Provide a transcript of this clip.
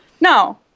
No